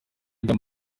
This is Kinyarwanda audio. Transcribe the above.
agira